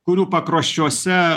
kurių pakraščiuose